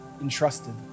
entrusted